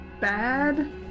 bad